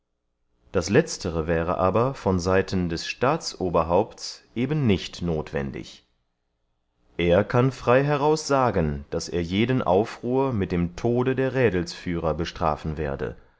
das letztere wäre aber von seiten des staatsoberhaupts eben nicht nothwendig er kann frey heraus sagen daß er jeden aufruhr mit dem tode der rädelsführer bestrafen werde